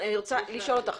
אני רוצה לשאול אותך,